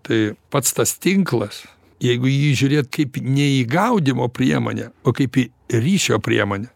tai pats tas tinklas jeigu į jį žiūrėt kaip ne į gaudymo priemonę o kaip į ryšio priemonę